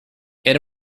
era